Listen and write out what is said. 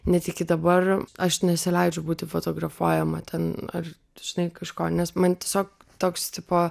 net iki dabar aš nesileidžiu būti fotografuojama ten aš dažnai kažko nes man tiesiog toks tipo